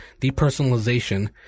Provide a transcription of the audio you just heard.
depersonalization